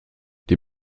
die